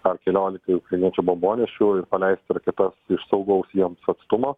ar keliolikai ukrainiečių bombonešių ir paleisti raketas iš saugaus jiems atstumo